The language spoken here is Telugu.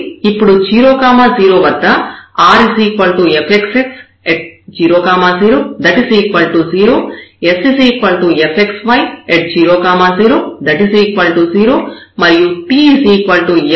కాబట్టి ఇప్పుడు 0 0 వద్ద r fxx00 0 s fxy00 0 మరియు t fyy00 2 అవుతాయి